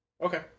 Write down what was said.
Okay